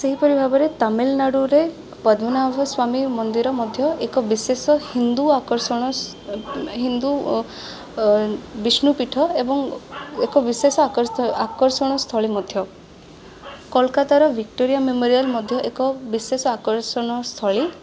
ସେହିପରି ଭାବରେ ତାମିଲନାଡ଼ୁରେ ପଦ୍ମନାଭସ୍ୱାମୀ ମନ୍ଦିର ମଧ୍ୟ ଏକ ବିଶେଷ ହିନ୍ଦୁ ଆକର୍ଷଣ ହିନ୍ଦୁ ବିଷ୍ଣୁ ପୀଠ ଏବଂ ଏକ ବିଶେଷ ଆକର୍ଷଣ ସ୍ଥଳୀ ମଧ୍ୟ କୋଲକାତାର ଭିକ୍ଟୋରିଆ ମେମୋରିଆଲ୍ ମଧ୍ୟ ଏକ ବିଶେଷ ଆକର୍ଷଣସ୍ଥଳୀ